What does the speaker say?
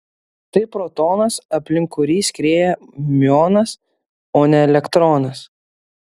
tai protonas aplink kurį skrieja miuonas o ne elektronas